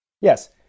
Yes